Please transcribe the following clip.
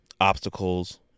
obstacles